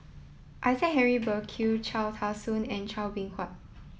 Isaac Henry Burkill Cham Tao Soon and Chua Beng Huat